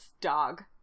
dog